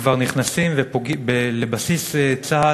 שכבר נכנסים לבסיס צה"ל,